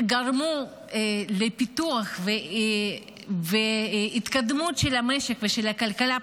גרמו לפיתוח ולהתקדמות של המשק ושל הכלכלה,